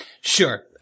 Sure